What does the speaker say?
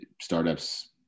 startups